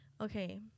Okay